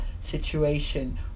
situation